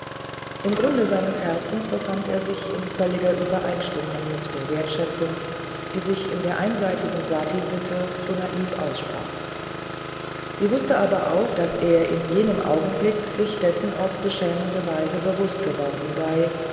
im grunde seines herzens befände er sich völlig in übereinstimmung mit der wertschätzung die sich in der einseitigen satisitte so naiv aussprach sie wußte aber auch daß er in jenem augenblick sich dessen auf beschämende weise bewußt geworden sei